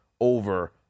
over